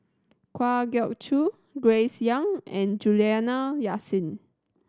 Kwa Geok Choo Grace Young and Juliana Yasin